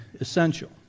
essential